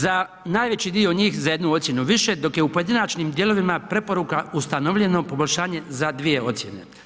Za najveći dio njih za jednu ocjenu više, dok je u pojedinačnim dijelovima preporuka ustanovljeno poboljšanje za dvije ocjene.